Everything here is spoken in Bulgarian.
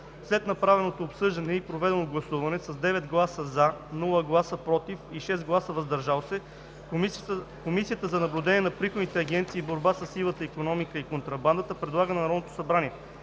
След направеното обсъждане и проведеното гласуване: с 9 гласа „за“, без „против“ и 6 гласа „въздържал се“, Комисията за наблюдение на приходните агенции и борба със сивата икономика и контрабандата предлага на Народното събрание